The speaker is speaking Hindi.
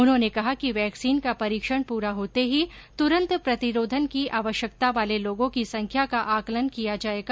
उन्होंने कहा कि वैक्सीन का परीक्षण पूरा होते ही तुरंत प्रतिरोधन की आवश्यकता वाले लोगों की संख्या का आंकलन किया जाएगा